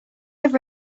have